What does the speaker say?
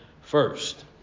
first